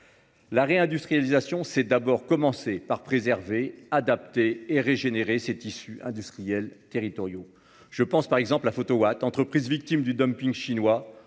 Réindustrialiser, c'est d'abord préserver, adapter et régénérer ces tissus industriels territoriaux. Je pense par exemple à Photowatt, entreprise victime du chinois